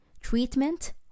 Treatment